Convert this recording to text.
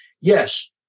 yes